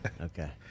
Okay